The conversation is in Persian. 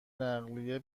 نقلیه